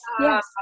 yes